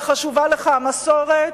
וחשובה לך המסורת,